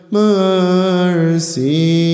mercy